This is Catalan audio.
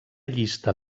llista